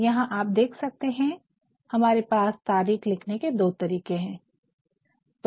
इसलिए यहाँ आप देख सकते है हमारे पास तारीख लिखने दो तरीके है